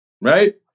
Right